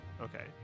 Okay